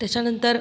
त्याच्यानंतर